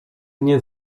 nie